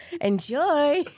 Enjoy